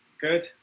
Good